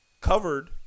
covered